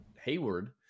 Hayward